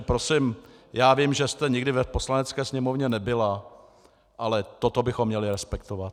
Prosím, já vím, že jste nikdy v Poslanecké sněmovně nebyla, ale toto bychom měli respektovat.